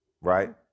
right